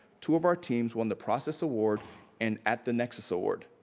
two of our teams won the process award and at the nexus award.